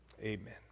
Amen